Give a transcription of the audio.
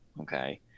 Okay